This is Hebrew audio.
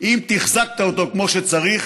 אם תחזקת אותו כמו שצריך,